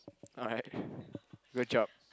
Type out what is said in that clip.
alright good job